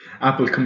Apple